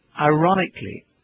Ironically